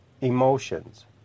emotions